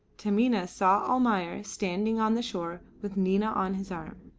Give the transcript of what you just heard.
taminah saw almayer standing on the shore with nina on his arm.